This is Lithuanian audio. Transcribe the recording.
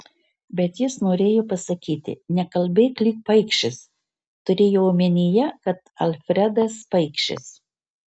bet jis norėjo pasakyti nekalbėk lyg paikšis turėjo omenyje kad alfredas paikšis